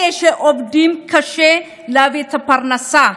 על אלה שעובדים קשה להביא את הפרנסה,